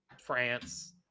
france